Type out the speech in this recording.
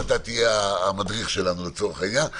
ואתה תהיה המדריך שלנו לצורך העניין.